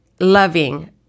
loving